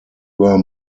were